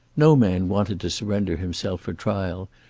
no man wanted to surrender himself for trial,